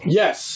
yes